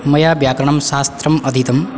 मया व्याकरणशास्त्रम् अधीतं